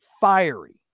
fiery